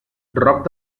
roc